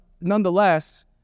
nonetheless